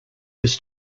was